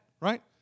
right